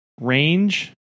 range